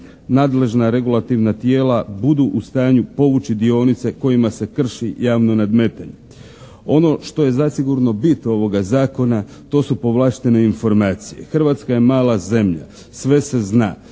nadležna regulativna tijela budu u stanju povući dionice kojima se krši javno nadmetanje. Ono što je zasigurno bit ovoga zakona to su povlaštene informacije. Hrvatska je mala zemlja. Sve se zna.